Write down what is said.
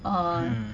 uh